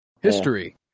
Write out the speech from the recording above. History